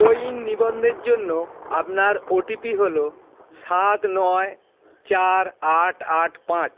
CoWIN নিবন্ধের জন্য আপনার ওটিপি হলো সাত নয় চার আট আট পাঁচ